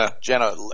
Jenna